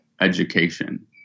education